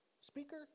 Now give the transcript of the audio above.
speaker